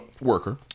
worker